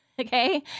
Okay